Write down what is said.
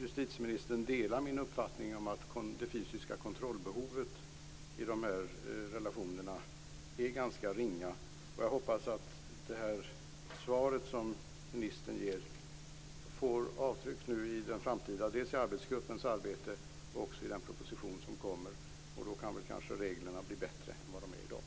justitieministern delar min uppfattning att det fysiska kontrollbehovet i dessa relationer är ganska ringa. Jag hoppas att svaret som ministern har givit får avtryck i det framtida arbetet i arbetsgruppen och i den proposition som skall läggas fram. Då kanske reglerna blir bättre än vad de är i dag.